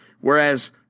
Whereas